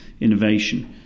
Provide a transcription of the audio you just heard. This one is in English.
innovation